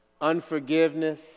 unforgiveness